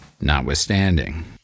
notwithstanding